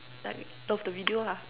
like love the video lah